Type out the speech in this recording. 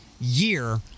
year